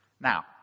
Now